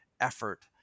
effort